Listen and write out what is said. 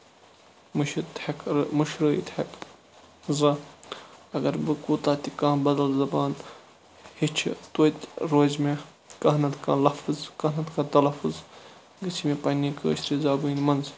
مٔشیٖد ہیٚکہٕ مٔشرٲوِتھ ہیٚکہٕ زانٛہہ اَگر بہٕ کوٗتاہ تہِ کانٛہہ بدل زَبان ہیٚچھِ توتہِ روزِ مےٚ کانٛہہ نتہٕ کانٛہہ لَفٕظ کانٛہہ نتہٕ کانٛہہ تَلفٔظ گژھِ مےٚ پَنٕنہِ کٲشرِ زَبٲنۍ منٛز